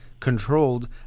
controlled